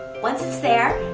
once it's there,